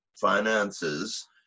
finances